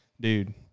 dude